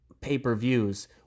pay-per-views